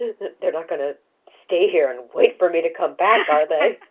they're not gonna stay here and wait for me to come back are they?